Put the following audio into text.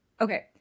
Okay